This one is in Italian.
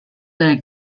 del